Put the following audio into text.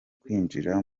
kwinjira